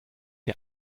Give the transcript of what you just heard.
der